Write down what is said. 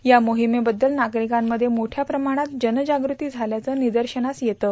या मोहिमेबद्दल नागरिकांमध्ये मोठ्या प्रमाणात जनजाग्रती झाल्याचं निदर्शनास येतं